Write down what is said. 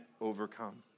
overcome